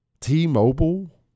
T-Mobile